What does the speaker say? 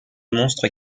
monstre